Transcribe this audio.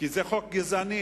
כי זה חוק גזעני,